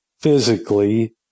Physically